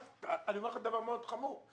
אני אומר לך דבר מאוד חמור.